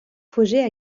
projets